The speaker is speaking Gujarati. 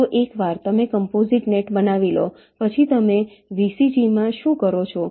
તો એકવાર તમે કોમ્પોસીટ નેટ બનાવી લો પછી તમે VCG માં શું કરો છો